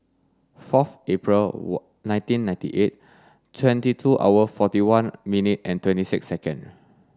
forth April nineteen ninety eight twenty two hour forty one minute and twenty six seconds